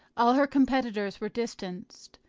all her competitors were distanced,